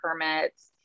permits